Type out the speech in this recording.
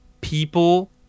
people